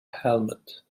helmet